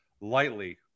lightly